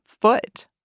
foot